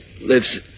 lives